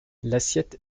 l’assiette